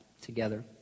together